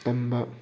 ꯇꯝꯕ